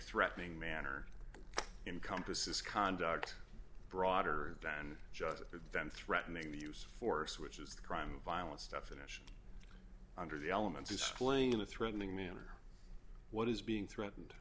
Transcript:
threatening manner encompasses conduct broader than just then threatening the use of force which is the crime of violence definition under the elements displaying in a threatening manner what is being threatened